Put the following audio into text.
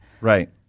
Right